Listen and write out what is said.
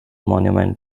monument